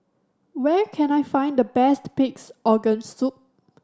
where can I find the best Pig's Organ Soup